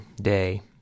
Day